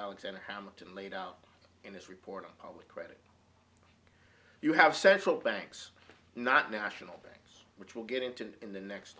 alexander hamilton laid out in this report on public credit you have central banks not national banks which will get into in the next